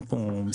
אין פה משחקים.